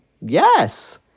Yes